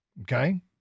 Okay